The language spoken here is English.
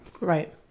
Right